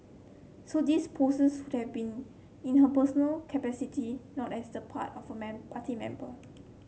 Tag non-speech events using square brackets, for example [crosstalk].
so these posts would have been in her personal capacity not as the part of a [unintelligible] party member